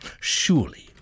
Surely